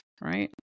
right